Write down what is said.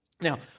Now